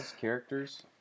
characters